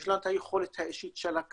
יש לנו את היכולת האישית של הקאדים